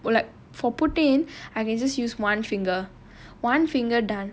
were like for put in I can just use one finger one finger done